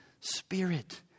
Spirit